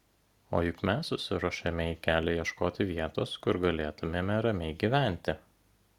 o juk mes susiruošėme į kelią ieškoti vietos kur galėtumėme ramiai gyventi